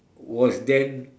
was then